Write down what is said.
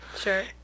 Sure